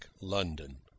London